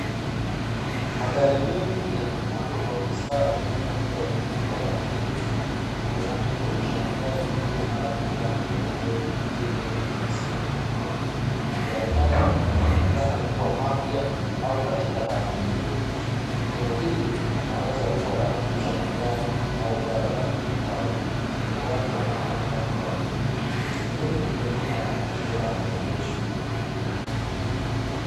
Magari mingi yamepangwa kwa mstari katika maeneo kubwa wa maekesho Kuna aina tafauti ya magari sikuwa na rangi kama nyeupe, kijani, yeupe na nyekundu magari haya yanaoneka kwamba ni mapya ama hali mzuri eneo hili inawesa kuwa ni ya kuuza magari au ghala la kuhifadhi hakuna watu ambao wanaonekana karibu miti mrefu Iko nyuma ya maekesho.